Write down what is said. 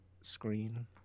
screen